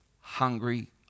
hungry